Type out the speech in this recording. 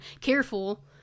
Careful